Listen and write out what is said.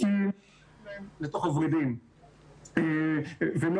כי נכנסים להם לתוך הוורידים והם לא